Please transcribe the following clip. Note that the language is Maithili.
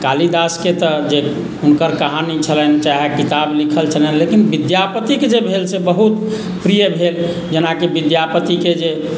कालिदासके तऽ जे हुनकर कहानी छलनि चाहे किताब लिखल छलनि लेकिन विद्यापतिके जे भेल से बहुत प्रिय भेल जेनाकि विद्यापतिके जे